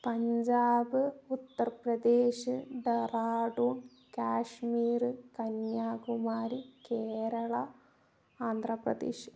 Punjab Uttar Pradesh Dehradun Kashmir Kanyakumari Kerala Andhra Pradesh